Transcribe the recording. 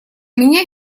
меня